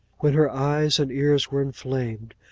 when her eyes and ears were inflamed,